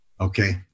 Okay